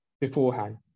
beforehand